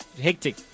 hectic